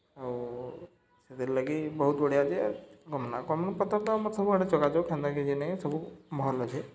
ଆଉ ସେଥିର୍ ଲାଗି ବହୁତ୍ ବଢ଼ିଆ ଯେ ଗମନାଗମନା ପଥ ତ ଆମର୍ ସବୁଆଡ଼େ ଯୋଗାଯୋଗ ହେନ୍ତା କିଛି ନାଇଁ ସବୁ ଭଲ୍ ଅଛେ